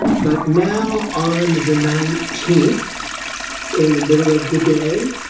but now on the nineteenth in the middle of the day,